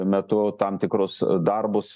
metu tam tikrus darbus